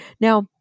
Now